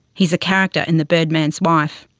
he's a character in the birdman's wife.